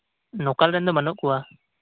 ᱱᱚᱠᱟᱞ ᱨᱮᱱ ᱫᱚ ᱵᱟᱹᱱᱩᱜ ᱠᱚᱣᱟ